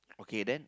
okay then